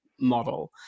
model